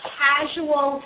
casual